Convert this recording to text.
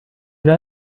إلى